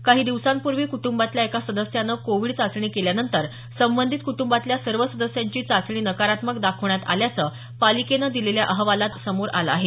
काही दिवसांपूर्वी कुटुंबातल्या एका सदस्यान कोविड चाचणी केल्यानंतर संबंधित कुटुंबातल्या सर्व सदस्यांची चाचणी नकारात्मक दाखवण्यात आल्याचं पालिकेने दिलेल्या अहवालातून समोर आलं आहे